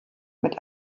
mit